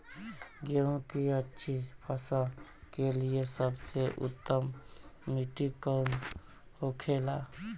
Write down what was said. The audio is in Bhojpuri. गेहूँ की अच्छी फसल के लिए सबसे उत्तम मिट्टी कौन होखे ला?